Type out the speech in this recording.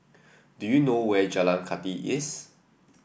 do you know where Jalan Kathi is